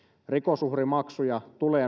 rikosuhrimaksuja tulee